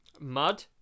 Mud